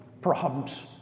problems